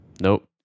Nope